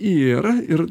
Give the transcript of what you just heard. ir ir